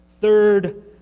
Third